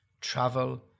Travel